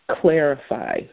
clarify